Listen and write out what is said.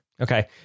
Okay